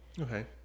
Okay